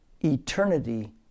eternity